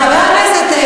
חבר הכנסת,